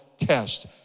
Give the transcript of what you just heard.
test